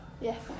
Yes